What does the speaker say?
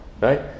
right